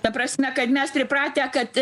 ta prasme kad mes pripratę kad